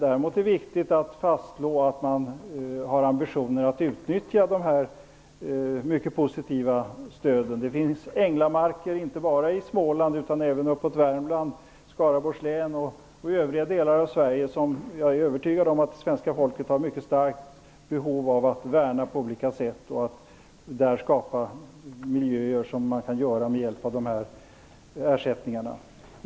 Däremot är det viktigt att fastslå att man har ambitionen att utnyttja de mycket positiva stöden. Det finns änglamarker inte bara i Småland utan även i Jag är övertygad om att svenska folket har ett mycket starkt behov av att på olika sätt värna dessa och skapa sådana miljöer som man kan göra med hjälp av de här ersättningarna.